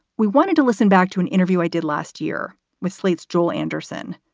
we wanted to listen back to an interview i did last year with slate's joel anderson.